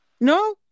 No